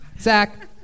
Zach